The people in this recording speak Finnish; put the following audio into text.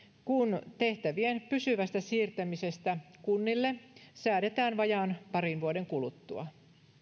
kun tehtävien pysyvästä siirtämisestä kunnille säädetään vajaan parin vuoden kuluttua